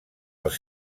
els